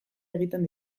egiten